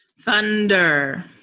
Thunder